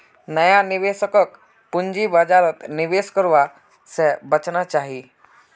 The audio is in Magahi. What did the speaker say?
नया निवेशकक पूंजी बाजारत निवेश करवा स बचना चाहिए